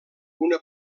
una